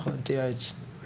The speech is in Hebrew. בסדר.